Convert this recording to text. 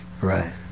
Right